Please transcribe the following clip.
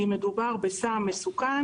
אם מדובר בסם מסוכן